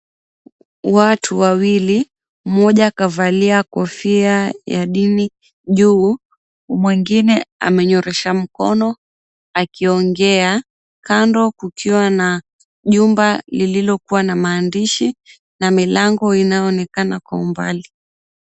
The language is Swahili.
Watu wawili, mmoja kavalia kofia ya dini juu, mwengine amenyorosha mkono akiongea. Kando kukiwa na jumba lililokuwa na maandishi na milango inayoonekana kwa umbali.